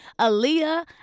Aaliyah